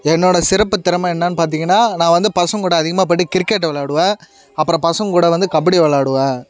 என்னோடய சிறப்புத்திறமை என்னன்னு பார்த்தீங்கன்னா நான் வந்து பசங்ககூட அதிகமாக போயிட்டு கிரிக்கெட் விளாடுவேன் அப்புறம் பசங்கூட வந்து கபடி விளாடுவேன்